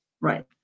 right